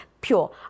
pure